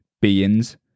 beings